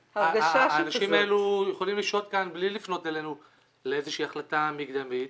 האנשים האלו יכולים לשהות כאן בלי לפנות אלינו לאיזושהי החלטה מקדמית,